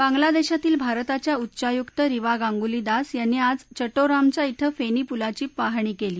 बांग्लादेशातील भारताच्या उच्चयुक्त रिवा गांगुली दास यांनी आज चटोरामचा श्वे फेनी पुलाची पाहणी केली